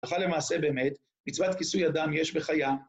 ככה למעשה באמת, מצוות כיסוי אדם יש בחיה.